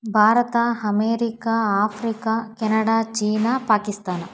Bharat America Africa Canada China Pakistan